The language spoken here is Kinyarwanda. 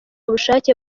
bushake